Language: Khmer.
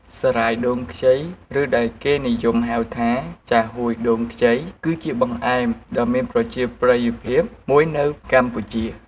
សារាយដូងខ្ចី ឬដែលគេនិយមហៅថា ចាហួយដូងខ្ចី គឺជាបង្អែមដ៏មានប្រជាប្រិយភាពមួយនៅកម្ពុជា។